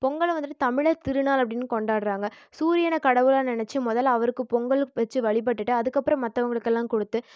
பொங்கலை வந்துவிட்டு தமிழர் திருநாள் அப்படின்னு கொண்டாடுறாங்க சூரியனை கடவுளாக நினச்சி முதல்ல அவருக்கு பொங்கல் வச்சு வழிபட்டுவிட்டு அதுக்கப்புறம் மற்றவுங்களுக்கெல்லாம் கொடுத்து